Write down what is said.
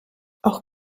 auch